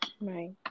Right